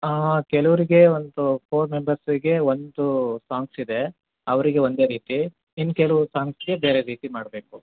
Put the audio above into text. ಹಾಂ ಕೆಲವರಿಗೆ ಒಂದು ಫೋರ್ ಮೆಂಬರ್ಸಿಗೆ ಒಂದು ಸಾಂಗ್ಸ್ ಇದೆ ಅವರಿಗೆ ಒಂದೇ ರೀತಿ ಇನ್ನೂ ಕೆಲವ್ ಸಾಂಗ್ಸಿಗೆ ಬೇರೆ ರೀತಿ ಮಾಡಬೇಕು